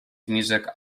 music